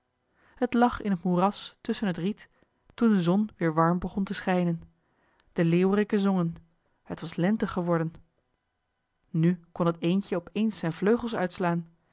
het lag in het moeras tusschen het riet toen de zon weer warm begon te schijnen de leeuweriken zongen het was lente geworden nu kon het eendje op eens zijn vleugels uitslaan